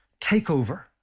takeover